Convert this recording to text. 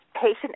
patient